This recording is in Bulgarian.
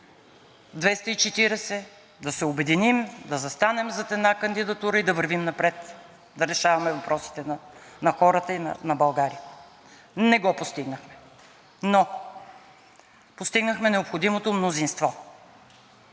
240 да се обединим, да застанем зад една кандидатура и да вървим напред, да решаваме въпросите на хората и на България. Не го постигнахме – но постигнахме необходимото мнозинство